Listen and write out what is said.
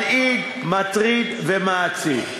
מדאיג, מטריד ומעציב.